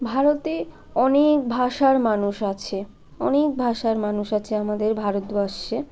ভারতে অনেক ভাষার মানুষ আছে অনেক ভাষার মানুষ আছে আমাদের ভারতবর্ষে